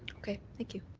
okay. thank you.